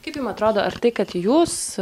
kaip jum atrodo ar tai kad jūs